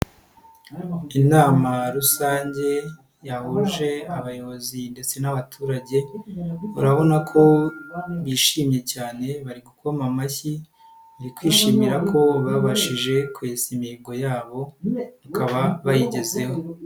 Inama rusange yahuje abayobozi ndetse n'abaturage urabona ko bishimye cyane bari gukoma amashyi bari kwishimira ko babashije kwesa imihigo yabo ikaba bayigezeho.